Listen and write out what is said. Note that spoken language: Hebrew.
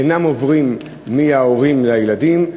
אינם עוברים מההורים לילדים,